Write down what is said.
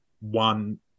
one